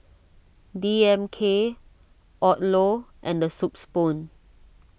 D M K Odlo and the Soup Spoon